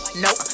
nope